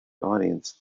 audience